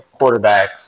quarterbacks